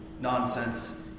Nonsense